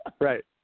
Right